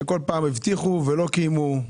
וכל פעם מבטיחים ולא מקיימים.